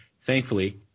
thankfully